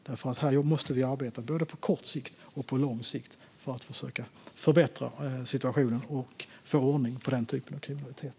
Här måste vi nämligen arbeta både på kort och på lång sikt för att försöka förbättra situationen och få ordning på den typen av kriminalitet.